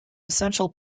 essential